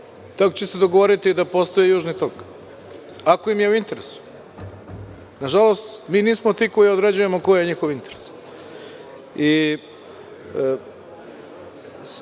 tako će se dogovoriti da postoji i Južni tok, ako im je u interesu. Nažalost, mi nismo ti koji određujemo koji je njihov interes. Ne